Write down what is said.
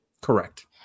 Correct